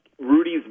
Rudy's